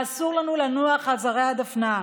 ואסור לנו לנוח על זרי הדפנה.